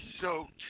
soaked